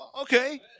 okay